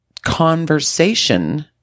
conversation